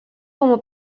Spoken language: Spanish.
como